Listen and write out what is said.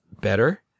better